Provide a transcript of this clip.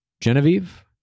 Genevieve